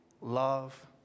love